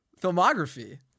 ...filmography